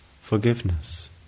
forgiveness